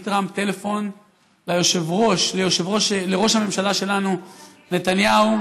טראמפ טלפון לראש הממשלה שלנו נתניהו,